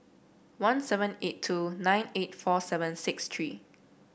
one seven eight two nine eight four seven six three